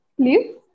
Please